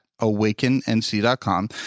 awakennc.com